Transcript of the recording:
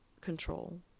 control